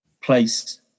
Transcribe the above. placed